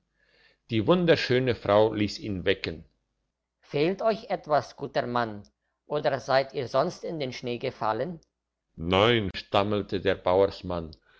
die wunderschöne frau liess ihn wecken fehlt euch etwas guter mann oder seid ihr sonst in den schnee gefallen nein stammelte der